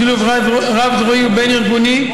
בשילוב רב-זרועי ובין-ארגוני,